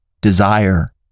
desire